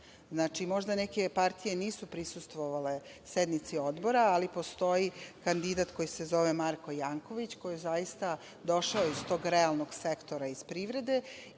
Znači, možda neke partije nisu prisustvovale sednici Odbora ali postoji kandidat koji se zove Marko Janković, koji je zaista došao iz tog realnog sektora iz privrede